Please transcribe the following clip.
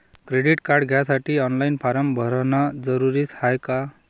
Credit card घ्यासाठी online form भरन जरुरीच हाय का?